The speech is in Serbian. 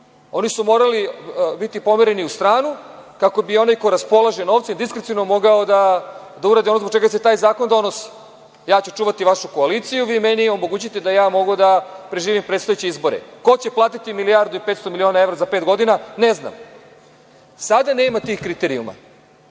oni su morali biti pomereni u stranu kako bi onaj ko raspolaže novcem diskreciono mogao da uradi ono zbog čega se taj zakon donosi. Ja ću čuvati vašu koaliciju, vi meni omogućite da mogu da preživim predstojeće izbore. Ko će platiti milijardu i 500 miliona evra za pet godina, ne znam. Sada nema tih kriterijuma.